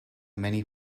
many